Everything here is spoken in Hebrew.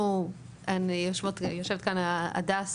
יושבת כאן הדס